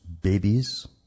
babies